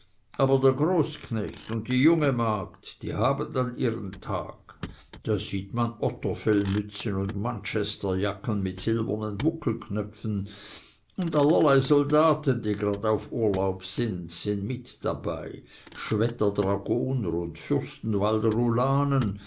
aber der großknecht und die jungemagd die haben dann ihren tag da sieht man otterfellmützen und manchesterjacken mit silbernen buckelknöpfen und allerlei soldaten die grad auf urlaub sind sind mit dabei schwedter dragoner und